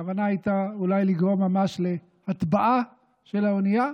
הכוונה הייתה אולי לגרום ממש להטבעה של האונייה.